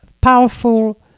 powerful